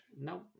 no